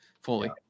fully